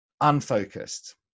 unfocused